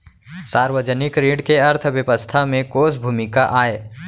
सार्वजनिक ऋण के अर्थव्यवस्था में कोस भूमिका आय?